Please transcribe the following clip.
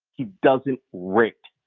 he doesn't rate